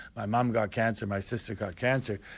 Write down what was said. my mum got cancer, my sister got cancer.